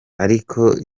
ariko